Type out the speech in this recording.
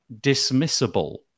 dismissible